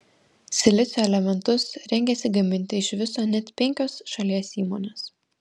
silicio elementus rengiasi gaminti iš viso net penkios šalies įmonės